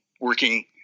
working